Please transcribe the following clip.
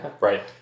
Right